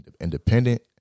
independent